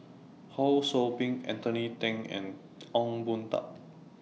Ho SOU Ping Anthony Then and Ong Boon Tat